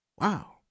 Wow